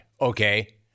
Okay